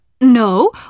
No